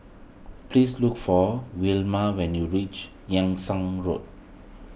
please look for Wilma when you reach Yung Sheng Road